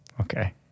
Okay